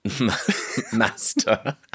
Master